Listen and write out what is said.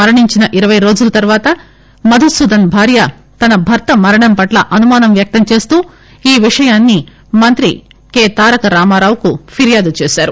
మరణించిన ఇరపై రోజుల తరువాత మధుసూధన్ భార్య తన భర్త మరణం పట్ల అనుమానం వ్యక్తంచేస్తూ ఈ విషయాన్ని మంత్రి కె తారక రామారావుకు ఫిర్యాదు చేశారు